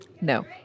No